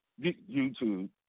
YouTube